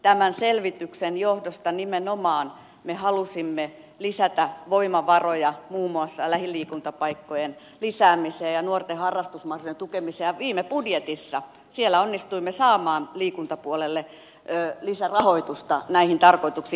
tämän selvityksen johdosta nimenomaan me halusimme lisätä voimavaroja muun muassa lähiliikuntapaikkojen lisäämiseen ja nuorten harrastusmaksujen tukemiseen ja viime budjetissa onnistuimme saamaan liikuntapuolelle lisärahoitusta näihin tarkoituksiin